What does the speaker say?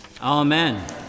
Amen